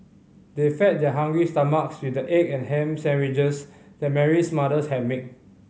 they fed their hungry stomachs with the egg and ham sandwiches that Mary's mother had made